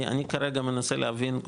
אני כרגע מנסה להבין,